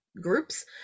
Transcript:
groups